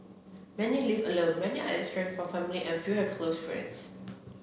many live alone many are estranged from family and few have close friends